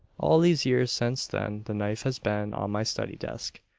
all these years since then the knife has been on my study desk,